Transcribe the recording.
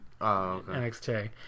NXT